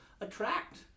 attract